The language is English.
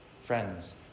Friends